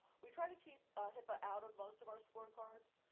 we try to keep ah hipaa out of most of our scorecards.